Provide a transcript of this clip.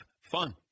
fun